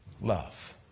love